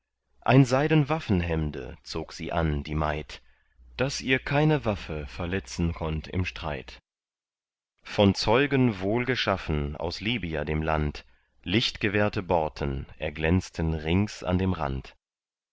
ein seiden waffenhemde zog sie an die maid das ihr keine waffe verletzen konnt im streit von zeugen wohlgeschaffen aus libya dem land lichtgewirkte borten erglänzten rings an dem rand